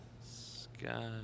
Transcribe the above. Sky